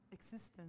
existence